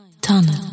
Tunnel